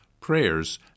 prayers